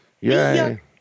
Yay